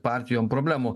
partijom problemų